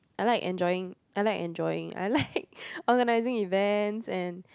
I like enjoying I like enjoying I like organizing events and